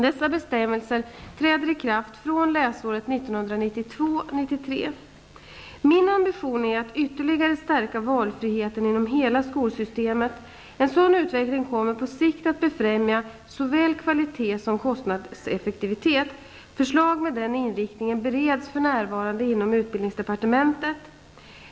Dessa bestämmelser gäller fr.o.m. läsåret 1992/93. Min ambition är att ytterligare stärka valfriheten inom hela skolsystemet. En sådan utveckling kommer på sikt att befrämja såväl kvalitet som kostnadseffektivitet. Förslag med denna inriktning bereds f.n. inom utbildningsdepartementet.